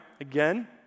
again